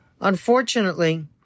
Unfortunately